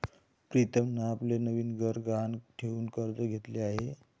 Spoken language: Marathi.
प्रीतमने आपले नवीन घर गहाण ठेवून कर्ज घेतले आहे